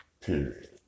Period